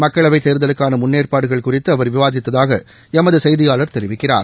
மக்களவை தேர்தலுக்கான முன்னேற்பாடுகள் குறித்து அவர் விவாதித்ததாக எமது செய்தியாளர் தெரிவிக்கிறார்